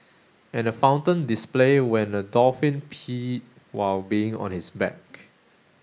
and a fountain display when a dolphin peed while being on his back